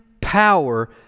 power